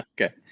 Okay